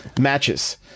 matches